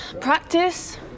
Practice